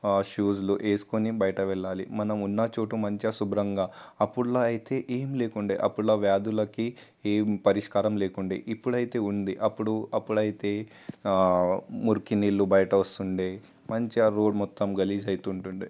షూజులు వేసుకుని బయటికీ వెళ్ళాలి మనం ఉన్న చోటు మంచిగా శుభ్రంగా అప్పట్లో అయితే ఏమి లేకుండేది అప్పట్లో వ్యాధులకి ఏమి పరిష్కారం లేకుండది ఇప్పుడైతే ఉంది అప్పుడు అప్పుడైతే మురికినీళ్లు బయట వస్తుండే మంచిగా రోడ్డు మొత్తం గలీజు అయితుంటుండేది